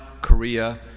Korea